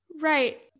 Right